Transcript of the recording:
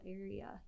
area